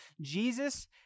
Jesus